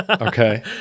Okay